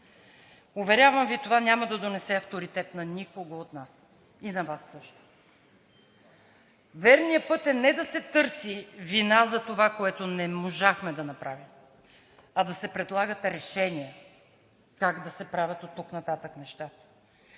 Уверявам Ви, това няма да донесе авторитет на никого от нас, и на Вас също. Верният път е не да се търси вина за това, което не можахме да направим, а да се предлагат решения как да се правят оттук нататък нещата.